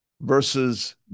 versus